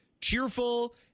cheerful